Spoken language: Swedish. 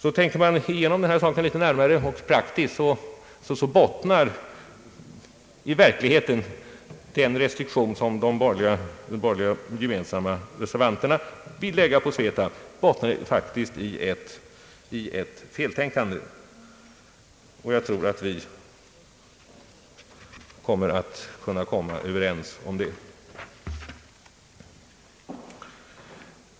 Om man alltså tänker igenom det hela litet närmare och ur praktisk synpunkt så finner man att den restriktion som de borgerliga reservanterna vill lägga på SVETAB, i verkligheten faktiskt bottnar i ett feltänkande. Jag tror att vi kommer att kunna bli överens om det.